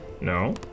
no